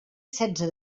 setze